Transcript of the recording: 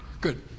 Good